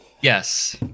Yes